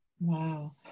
Wow